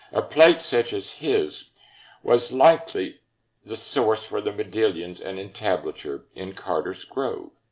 a plate such as his was likely the source for the modillions and entablature in carter's grove.